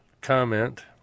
comment